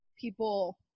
people